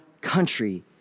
country